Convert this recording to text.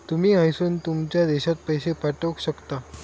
तुमी हयसून तुमच्या देशात पैशे पाठवक शकता